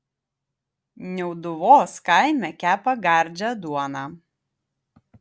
niauduvos kaime kepa gardžią duoną